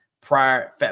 prior